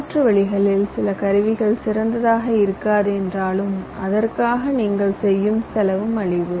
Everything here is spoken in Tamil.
மாற்று வழிகளில் சில கருவிகள் சிறந்ததாக இருக்காது என்றாலும் அதற்காக நீங்கள் செய்யும் செலவு மலிவு